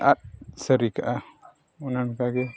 ᱟᱫ ᱥᱟᱹᱨᱤ ᱠᱟᱫᱼᱟ ᱚᱱᱮ ᱚᱱᱠᱟᱜᱮ